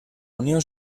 unió